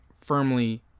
firmly